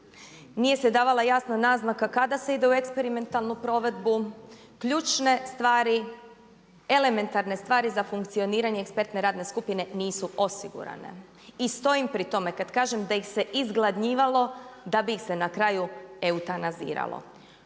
nije se davala jasna naznaka kada se ide u eksperimentalnu provedbu. Ključne stvari, elementarne stvari za funkcioniranje ekspertne radne skupine nisu osigurane. I stojim pri tome kad kažem da ih se izgladnjivalo, da bi ih se na kraju eutanaziralo.